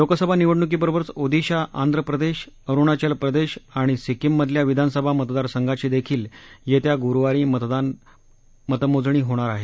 लोकसभा निवडणुकीबरोबरच ओदिशा आंध्रप्रदेश अरुणाचल प्रदेश आणि सिक्कीम मधल्या विधानसभा मतदारसंघाचीदेखील येत्या गुरूवारी मतमोजणी होणार आहे